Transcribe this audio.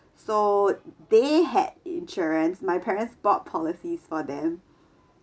so they had insurance my parents bought policies for them